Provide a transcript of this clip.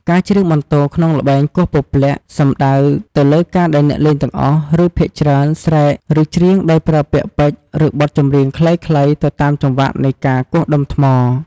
ការច្រៀងបន្ទរក្នុងល្បែងគោះពព្លាក់ សំដៅទៅលើការដែលអ្នកលេងទាំងអស់ ឬភាគច្រើនស្រែក ឬច្រៀងដោយប្រើពាក្យពេចន៍ ឬបទចម្រៀងខ្លីៗ ទៅតាមចង្វាក់នៃការគោះដុំថ្ម។